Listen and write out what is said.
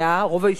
רוב היישובים,